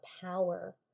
power